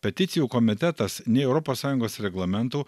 peticijų komitetas nei europos sąjungos reglamentų